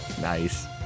Nice